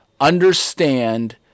understand